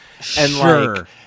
Sure